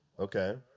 Okay